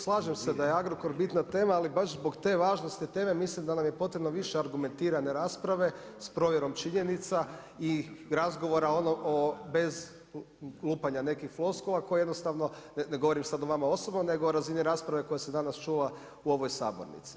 Slažem se da je Agrokor bitna tema, ali baš zbog te važnosti teme mislim da nam je potrebno više argumentirane rasprave s provjerom činjenica i razgovora bez lupanja nekih floskula koje jednostavno ne govorim sad to vama osobno, nego razini rasprave koja se danas čula u ovoj sabornici.